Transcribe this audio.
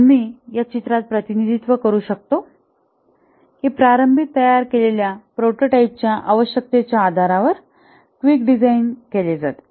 आम्ही या चित्रात प्रतिनिधित्व करू शकतो की प्रारंभी तयार केलेल्या प्रोटोटाइपच्या आवश्यकतेच्या आधारावर क्विक डिझाइन केले जाते